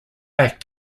back